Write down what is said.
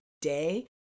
day